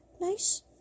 nice